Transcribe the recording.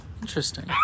Interesting